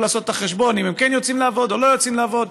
לעשות את החשבון אם הם כן יוצאים לעבוד או לא יוצאים לעבוד.